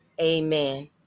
amen